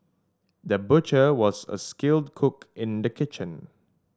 the butcher was a skilled cook in the kitchen